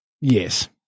Yes